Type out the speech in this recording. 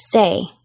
say